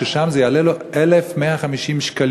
ושם זה יעלה לו 1,150 שקלים.